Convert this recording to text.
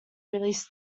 release